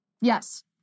Yes